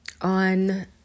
on